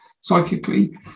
psychically